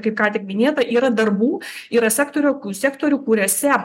kaip ką tik minėta yra darbų yra sektorių sektorių kuriuose